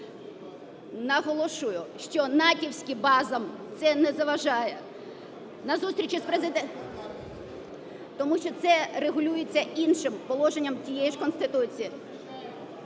Наголошую, що натівським базам це не заважає. На зустрічі з… Тому що це регулюється іншим положенням тієї ж Конституції.